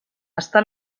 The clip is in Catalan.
està